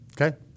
Okay